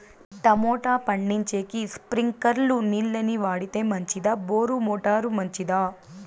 Tomato పండించేకి స్ప్రింక్లర్లు నీళ్ళ ని వాడితే మంచిదా బోరు మోటారు మంచిదా?